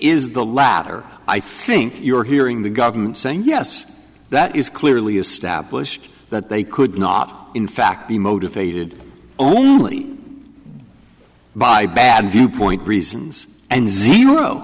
is the latter i think you're hearing the government saying yes that is clearly established that they could not in fact be motivated only by bad viewpoint reasons and zero